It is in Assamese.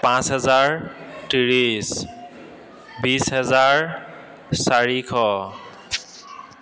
পাঁচ হেজাৰ ত্ৰিছ বিছ হেজাৰ চাৰিশ